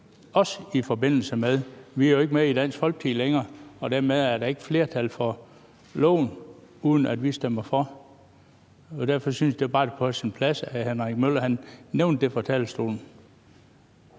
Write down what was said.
os i forbindelse med det. Vi er jo ikke med i Dansk Folkeparti længere, og dermed er der ikke flertal for loven, med mindre vi stemmer for. Derfor synes jeg bare, at det var på sin plads, at hr. Henrik Møller nævnte det fra talerstolen.